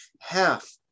half